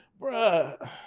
Bruh